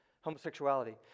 homosexuality